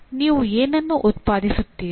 ನೀವು ಏನನ್ನು ಉತ್ಪಾದಿಸುತ್ತೀರಿ